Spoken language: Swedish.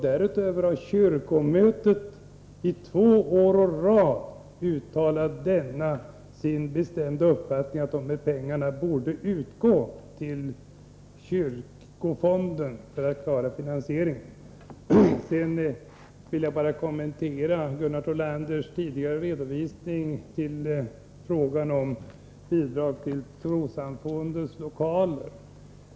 Därutöver har kyrkomötet två år i rad uttalat som sin bestämda uppfattning att de här pengarna borde tilldelas kyrkofonden för att den skall kunna klara sin finansiering. Sedan vill jag bara kommentera Gunnar Thollanders tidigare redovisning när det gäller frågan om bidrag till trossamfundens lokaler.